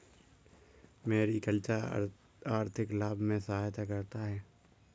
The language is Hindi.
मेरिकल्चर आर्थिक लाभ में सहायता करता है